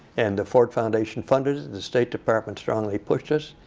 and the ford foundation funded it, the state department strongly pushed us.